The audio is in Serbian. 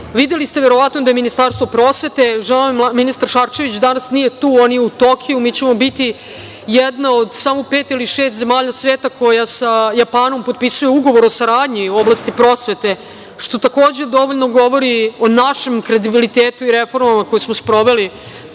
ste verovatno da je Ministarstvo prosvete, ministar Šarčević danas nije tu, on ju u Tokiju, mi ćemo biti jedno od samo pet ili šest zemalja sveta koja sa Japanom potpisuje ugovor o saradnji u oblasti prosvete, što takođe dovoljno govori o našem kredibilitetu i reformama koje smo sproveli